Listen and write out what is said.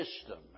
system